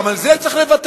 גם על זה נצטרך לוותר?